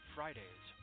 Fridays